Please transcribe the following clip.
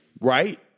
Right